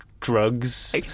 drugs